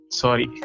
sorry